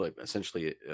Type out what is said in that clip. essentially